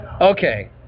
Okay